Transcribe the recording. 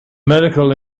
medical